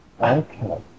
Okay